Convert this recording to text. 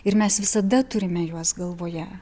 ir mes visada turime juos galvoje